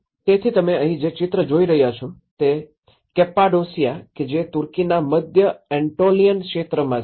તેથી તમે અહીં જે ચિત્ર જોઈ રહ્યા છો તે કેપ્પાડોસિયા કે જે તુર્કીના મધ્ય એંટોલીયન ક્ષેત્રમાં છે